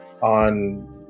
on